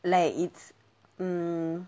like it's mm